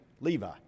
Levi